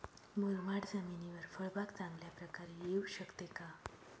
मुरमाड जमिनीवर फळबाग चांगल्या प्रकारे येऊ शकते का?